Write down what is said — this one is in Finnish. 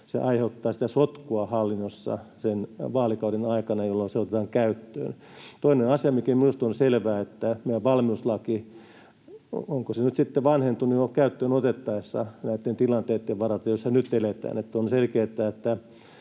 se aiheuttaa sitä sotkua hallinnossa sen vaalikauden aikana, jolloin se otetaan käyttöön. Toinen asia, mikä minusta on selvää: onko meidän valmiuslaki nyt sitten vanhentunut jo käyttöönotettaessa näitten tilanteitten varalta, joissa nyt eletään? On selkeätä, että